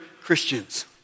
Christians